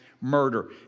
murder